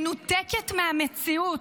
מנותקת מהמציאות.